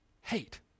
Hate